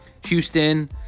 Houston